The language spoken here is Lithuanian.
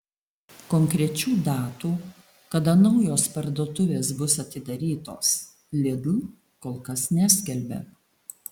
konkrečių datų kada naujos parduotuvės bus atidarytos lidl kol kas neskelbia